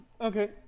Okay